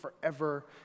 forever